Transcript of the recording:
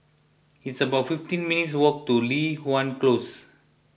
it's about fifteen minutes' walk to Li Hwan Close